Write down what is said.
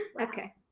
Okay